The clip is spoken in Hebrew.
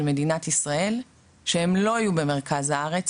מדינת ישראל שהם לא יהיו במרכז הארץ,